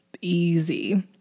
easy